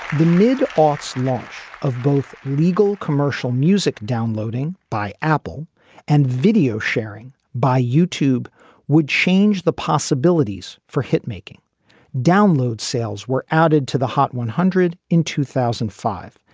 the mid orks launch of both legal commercial music downloading by apple and video-sharing by youtube would change the possibilities for hit making downloads. sales were added to the hot one hundred in two thousand and five,